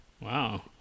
Wow